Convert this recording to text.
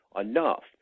enough